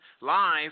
live